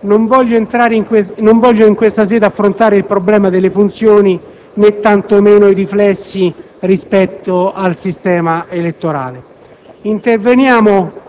Non voglio in questa sede affrontare il problema delle funzioni né tanto meno i riflessi rispetto al sistema elettorale.